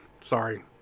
Sorry